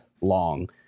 long